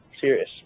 Serious